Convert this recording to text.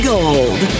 Gold